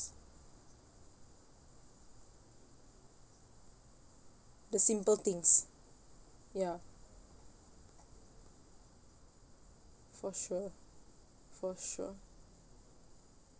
the simple things ya for sure for sure